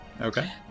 Okay